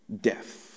death